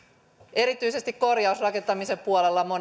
erityisesti korjausrakentamisen puolella monesti